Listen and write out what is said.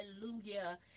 hallelujah